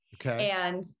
Okay